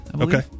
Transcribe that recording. Okay